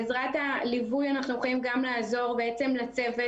בעזרת הליווי אנחנו יכולים לעזור גם לצוות,